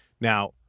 Now